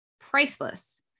priceless